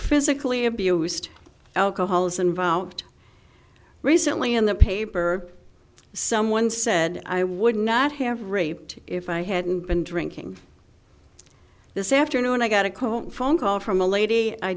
physically abused alcohol is involved recently in the paper someone said i would not have raped if i hadn't been drinking this afternoon i got a cold phone call from a lady i